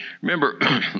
Remember